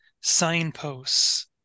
signposts